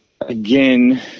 again